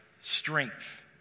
strength